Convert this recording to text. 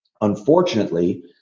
Unfortunately